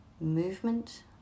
movement